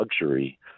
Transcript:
luxury